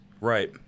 Right